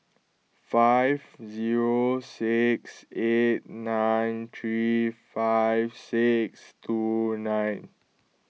five zero six eight nine three five six two nine